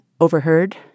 overheard